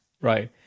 Right